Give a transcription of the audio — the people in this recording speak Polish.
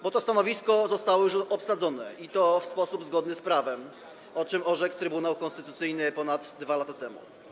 Bo to stanowisko zostało już obsadzone i to w sposób zgodny z prawem, o czym orzekł Trybunał Konstytucyjny ponad 2 lata temu.